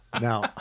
Now